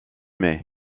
may